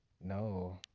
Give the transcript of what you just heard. No